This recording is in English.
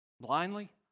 blindly